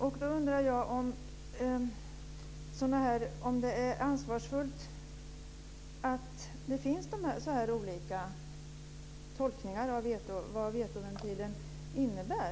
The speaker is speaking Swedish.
Jag undrar om det är ansvarsfullt att det finns så olika tolkningar av vad vetoventilen innebär.